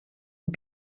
und